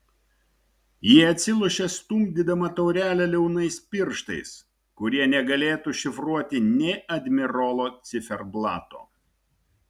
ji atsilošė stumdydama taurelę liaunais pirštais kurie negalėtų šifruoti nė admirolo ciferblato